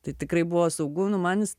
tai tikrai buvo saugu nu man jis